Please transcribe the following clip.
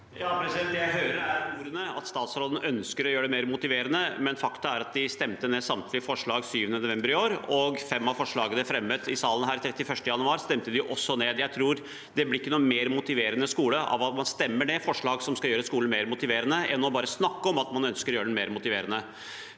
(V) Jeg hører ordene, at stats- råden ønsker å gjøre det mer motiverende, men faktum er at de stemte ned samtlige forslag 7. november i år, og fem av forslagene fremmet i denne salen 31. januar stemte de også ned. Jeg tror ikke det blir en mer motiverende skole av at man stemmer ned forslag som skal gjøre skolen mer motiverende, enn av bare å snakke om at man ønsker å gjøre den mer motiverende.